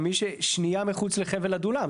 גם מי ששנייה מחוץ לחבל עדולם.